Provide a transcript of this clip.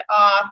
off